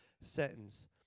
sentence